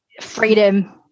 freedom